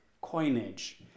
coinage